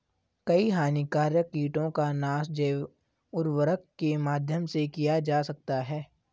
कई हानिकारक कीटों का नाश जैव उर्वरक के माध्यम से किया जा सकता है